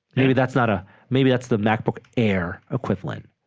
maybe that's not a maybe that's the macbook air equivalent